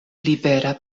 libera